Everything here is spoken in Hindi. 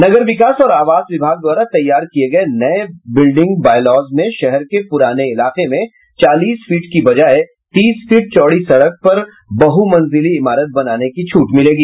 नगर विकास और आवास विभाग द्वारा तैयार किये गये नये बिल्डिंग बायलॉज में शहर के पुराने इलाके में चालीस फीट के बजाय तीस फीट चौड़ी सड़क पर बहुमंजिली इमारत बनाने की छूट मिलेगी